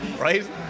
Right